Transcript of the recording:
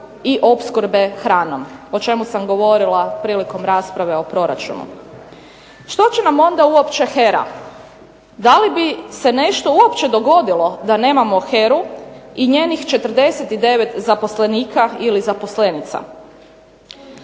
i opskrbe hranom, o čemu sam govorila prilikom rasprave o proračunu. Što će nam onda uopće HERA? Da li bi se nešto uopće dogodilo da nemamo HERA-u i njenih 49 zaposlenika ili zaposlenica?